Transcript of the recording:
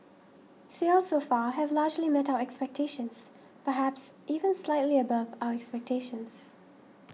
sales so far have largely met our expectations perhaps even slightly above our expectations